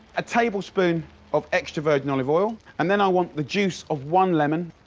a tablespoon of extra virgin olive oil. and then i want the juice of one lemon.